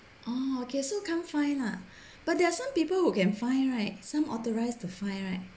orh okay so can't fine lah but there are some people who can fine right some authorised to fine right